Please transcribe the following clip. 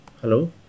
Hello